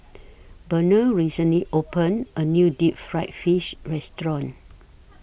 Pernell recently opened A New Deep Fried Fish Restaurant